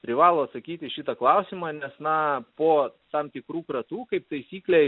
privalo atsakyti į šitą klausimą nes na po tam tikrų kratų kaip taisyklė